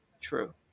true